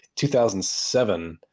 2007